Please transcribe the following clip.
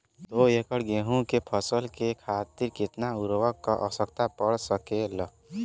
दो एकड़ गेहूँ के फसल के खातीर कितना उर्वरक क आवश्यकता पड़ सकेल?